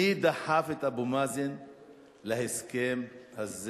מי דחף את אבו מאזן להסכם הזה